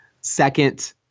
second